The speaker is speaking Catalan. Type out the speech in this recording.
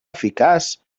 eficaç